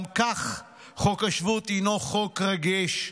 גם כך חוק השבות הוא חוק רגיש.